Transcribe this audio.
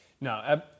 No